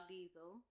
Diesel